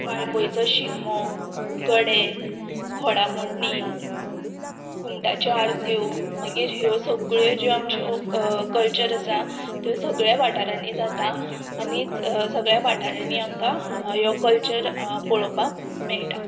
वाळपोयचो शिगमो गडे घोडामोडणी गुमटाच्यो आरत्यो मागीर ह्यो सगळ्यो ज्यो आमच्यो कल्चर आसा त्यो सगळ्या वाठारांनी जाता आनी सगळ्या वाठारांनी आमकां ह्यो कल्चर पळोवपाक मेळटा